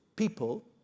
People